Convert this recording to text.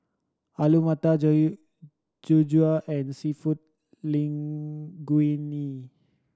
Alu Matar and Seafood Linguine